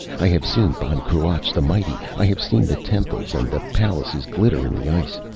i have seen ban cruach the mighty. i have seen the temples and the palaces glitter in the ice.